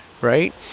right